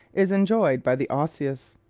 is enjoyed by the osseous.